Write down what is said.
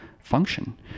function